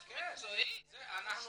אנחנו מחכים.